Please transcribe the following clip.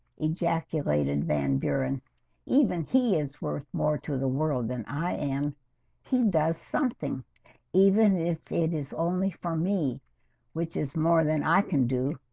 ejaculated van buuren even he is worth more to the world than i am he does something even if it is only for me which is more than i can do?